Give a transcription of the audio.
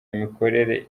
imikorere